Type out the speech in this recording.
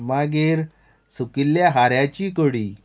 सुकिल्ल्या हाऱ्याची कडी